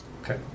Okay